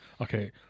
okay